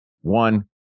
One